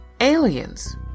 Aliens